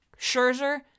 Scherzer